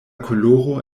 koloro